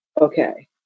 okay